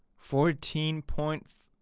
fourteen point